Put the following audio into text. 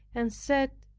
and said,